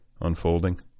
unfolding